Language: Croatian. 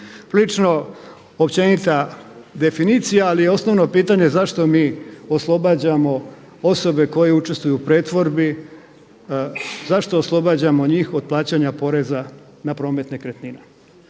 Prilično općenita definicija ali je osnovno pitanje zašto mi oslobađamo osobe koje učestvuju u pretvorbi, zašto oslobađamo njih od plaćanja poreza na premet nekretnina?